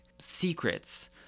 secrets